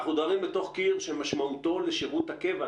אנחנו דוהרים לתוך קיר שמשמעותו לשירות הקבע,